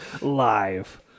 Live